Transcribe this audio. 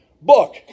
book